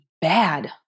bad